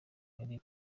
uri